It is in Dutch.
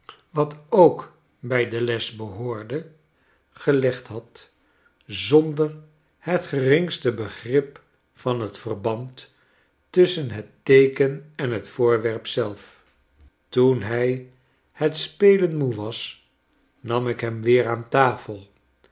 wat ook bij de les behoorde gelegd had zonder het geringste begrip van t verband tusschen het teeken en het voorwerp zelf toen hy het spelen moe was nam ik hem weer aan tafel